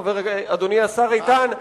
אדוני השר איתן,